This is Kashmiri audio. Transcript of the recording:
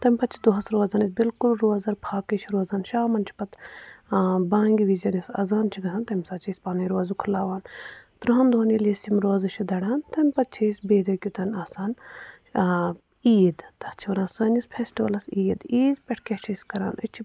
تَمہِ پَتہٕ چھِ دۅہس روزن أسۍ بِلکُل روزن فاکے چھِ روزان شامن چھِ پَتہٕ بانٛگہِ وِزِ یُس اذان چھِ گژھان تَمہِ ساتہٕ چھِ أسی پَنٕنۍ روزٕ کھُلاوان ترٕٛہن دۅہن ییٚلہِ أسی یِم روزٕ چھِ دَران تَمہِ پَتہٕ چھِ أسی بیٚیہِ دۅہ کٮُ۪ت آسان عیٖد تَتھ چھِ وَنان سٲنِس فیسٹِوَلس عیٖد عیٖد پٮ۪ٹھ کیٛاہ چھِ أسی کران أسی چھِ